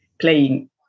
playing